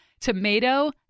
tomato